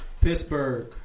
Pittsburgh